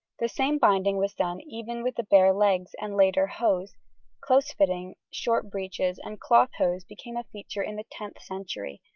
the same binding was done even with the bare legs and later hose close-fitting short breeches and cloth hose became a feature in the tenth century,